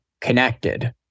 connected